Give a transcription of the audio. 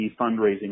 fundraising